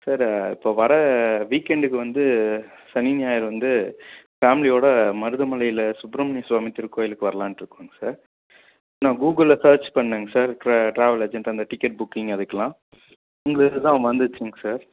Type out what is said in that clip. sir இப்போ வர வீக் எண்டுக்கு வந்து சனி ஞாயிறு வந்து ஃபேமிலியோட மருதமலையில் சுப்பிரமணி சுவாமி திருக்கோயிலுக்கு வர்லான்ட்ருக்கோங்க சார் நான் கூகுளில் சேர்ச் பண்ணங்க சார் டிரா டிராவல் ஏஜென்ட் அந்த டிக்கெட் புக்கிங் அதுக்கெல்லாம் உங்கள் இது தான் வந்துச்சிங்க சார்